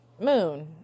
moon